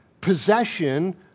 possession